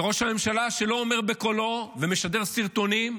וראש הממשלה, שלא אומר בקולו ומשדר סרטונים,